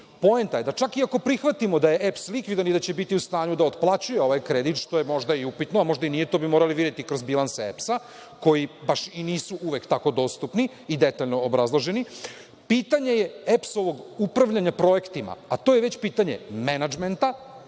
Poenta je da čak i ako prihvatio da je EPS likvidan i da će biti u stanju da otplaćuje ovaj kredit, što je možda i upitno, a možda i nije, to bi morali videti kroz bilanse EPS koji baš i nisu uvek tako dostupni i detaljno obrazloženi, pitanje je EPS upravljanje projektima, a to je već pitanje menadžmenta,